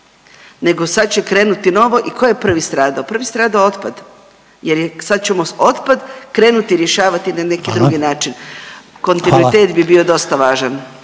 nego sad će krenuti novo i tko je prvi stradao? Prvi je stradao otpad, jer sad ćemo otpad krenuti rješavati na neki drugi način. …/Upadica Reiner: Hvala./…